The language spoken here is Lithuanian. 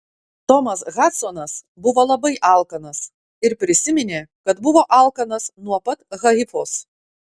tomas hadsonas buvo labai alkanas ir prisiminė kad buvo alkanas nuo pat haifos